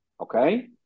Okay